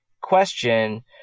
question